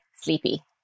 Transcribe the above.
sleepy